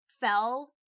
fell